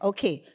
Okay